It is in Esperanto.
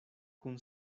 kun